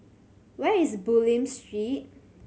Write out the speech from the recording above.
where is Bulim Street